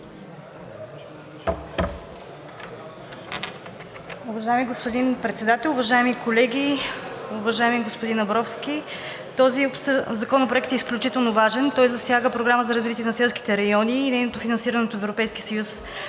Уважаеми господин Председател, уважаеми колеги, уважаеми господин Абровски! Този законопроект е изключително важен, той засяга Програмата за развитие на селските райони и нейното финансиране от Европейския съюз.